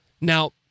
Now